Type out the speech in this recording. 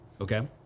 Okay